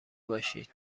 باشید